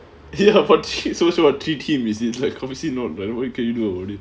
ya but this is so teachj him obviously like what can you do about it